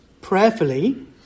prayerfully